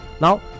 Now